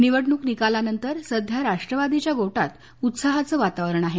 निवडणुक निकालांनंतर सध्या राष्ट्वादीच्या गोटात उत्साहाचं वातावरण आहे